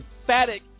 emphatic